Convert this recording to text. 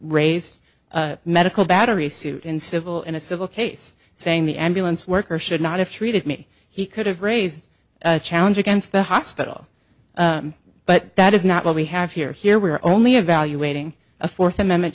raised medical battery suit and civil in a civil case saying the ambulance worker should not have treated me he could have raised a challenge against the hospital but that is not what we have here here we are only evaluating a fourth amendment